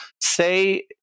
say